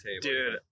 dude